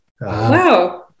wow